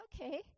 okay